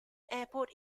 airport